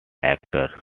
actor